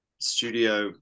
studio